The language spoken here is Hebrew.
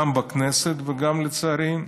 גם בכנסת וגם, לצערי,